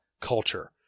culture